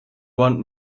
want